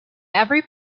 every